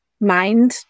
Mind